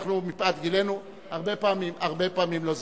לא זוכר, אנחנו מפאת גילנו הרבה פעמים לא זוכרים.